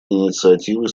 инициативы